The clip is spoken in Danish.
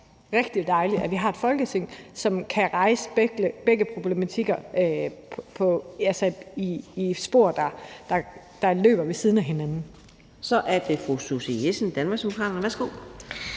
rigtig dejligt, altså at vi har et Folketing, som kan rejse begge problematikker i spor, der løber ved siden af hinanden. Kl. 10:31 Fjerde næstformand